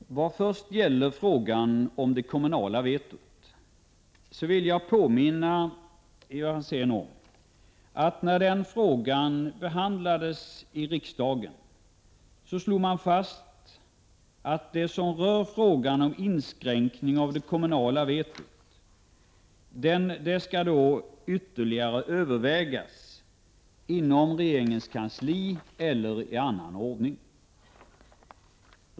Herr talman! När det först gäller frågan om inskränkning i det kommunala vetot så vill jag påminna Ivar Franzén om att riksdagen när den behandlade denna fråga slog fast att den skall övervägas ytterligare inom regeringskansliet eller i annan ordning.